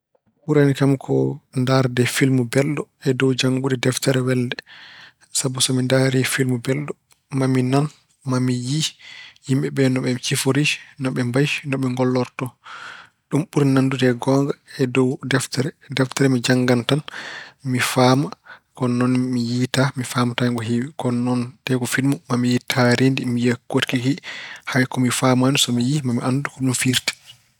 Ɓurani kam ko ndaarde filmu belɗo e dow janngude deftere welnde. Sabu so ndaari filmu belɗo, maa mi nan, maa yiyi yimɓe ɓee no ɓe siforii, no mbayi, no ɓe ngollorto. Ɗum ɓuri nanndude e goonga e dow deftere. Deftere, mi janngan tan, mi faama, kono noon mi yiytaa, mi faamataa hen ko heewi. Ko noon so tawi ko filmu maa mi yiyi taariindi. Mi yiya koɗkikii. Hay ko mi faamaano so mi yiyi maa mi anndu ko firti.